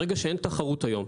ברגע שאין תחרות היום,